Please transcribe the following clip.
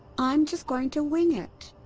i'm just going to wing it!